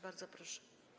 Bardzo proszę.